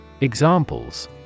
Examples